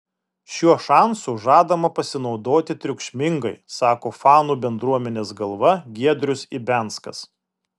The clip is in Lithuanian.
šiuo šansu žadama pasinaudoti triukšmingai sako fanų bendruomenės galva giedrius ibianskas